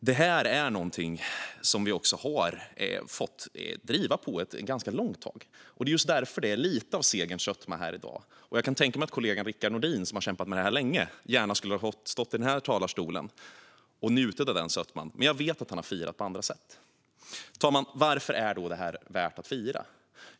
Det här är också någonting som vi har fått driva på ett ganska långt tag, och det är just därför som vi känner lite av segerns sötma här i dag. Jag kan tänka mig att kollegan Rickard Nordin som har kämpat med det här länge gärna skulle ha stått här i talarstolen och njutit av denna sötma, men jag vet att han har firat på andra sätt. Fru talman! Varför är då detta värt att fira?